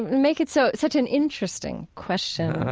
make it so such an interesting question,